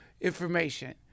information